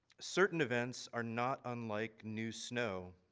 certain events are not unlike new snow.